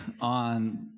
on